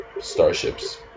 starships